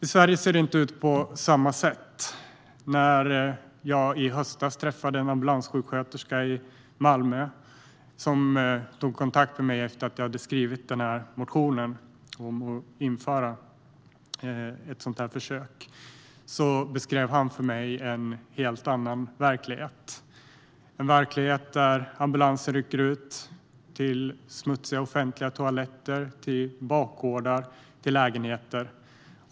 I Sverige ser det inte ut på samma sätt. När jag i höstas träffade en ambulanssjuksköterska i Malmö, som kontaktade mig efter att jag hade väckt motionen om att införa ett försök, beskrev han för mig en helt annan verklighet. Det är en verklighet där ambulanser rycker ut till smutsiga offentliga toaletter, till bakgårdar och lägenheter.